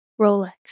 Rolex